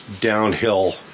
downhill